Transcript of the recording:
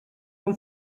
com